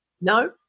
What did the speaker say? No